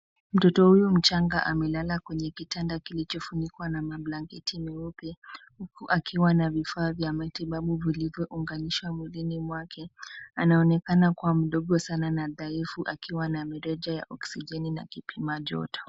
Mtoto huyu mchanga amelala kwenye kitanda kilichofunikwa na mablanketi meupe huku akiwa na vifaa vya matibabu vilivyounganishwa mwilini mwake. Anaonekana kuwa mdogo sana na dhaifu akiwa na mirija ya oksijeni na kipima joto.